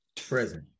present